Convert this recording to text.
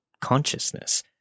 consciousness